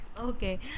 Okay